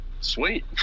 sweet